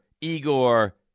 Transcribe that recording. Igor